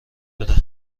بده